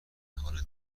حال